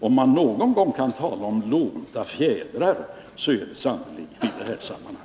Om man någon gång kan tala om lånta fjädrar är det sannerligen i detta sammanhang.